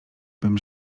bym